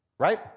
Right